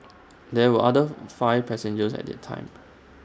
there were other five passengers at the time